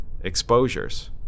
exposures